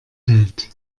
hält